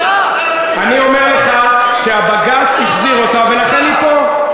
אני אומר לך שהבג"ץ החזיר אותה ולכן היא פה.